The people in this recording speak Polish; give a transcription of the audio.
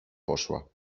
poszła